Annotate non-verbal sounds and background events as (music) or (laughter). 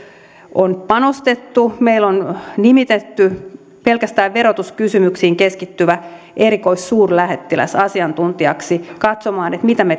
on panostettu meillä on nimitetty pelkästään verotuskysymyksiin keskittyvä erikoissuurlähettiläs asiantuntijaksi katsomaan mitä me (unintelligible)